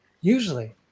usually